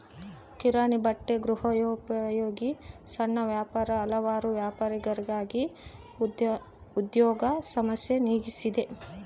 ಕಿರಾಣಿ ಬಟ್ಟೆ ಗೃಹೋಪಯೋಗಿ ಸಣ್ಣ ವ್ಯಾಪಾರ ಹಲವಾರು ವ್ಯಾಪಾರಗಾರರಿಗೆ ಉದ್ಯೋಗ ಸಮಸ್ಯೆ ನೀಗಿಸಿದೆ